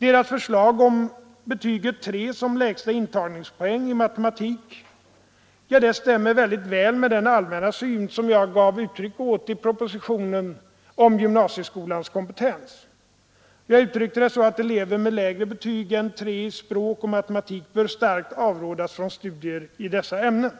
MATEK:s förslag om betyg 3 som lägsta intagningspoäng i matematik stämmer mycket väl med den allmänna syn som jag gav uttryck åt i propositionen om gymnasieskolans kompetens. Jag uttryckte det så att elever med lägre betyg än 3 i språk och matematik bör starkt avrådas från studier i dessa ämnen.